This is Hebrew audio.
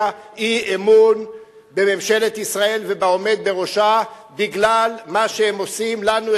אי-אמון בממשלת ישראל ובעומד בראשה בגלל מה שהם עושים לנו,